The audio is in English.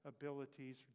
abilities